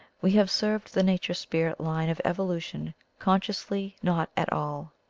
we have served the nature-spirit line of evolution consciously not at all,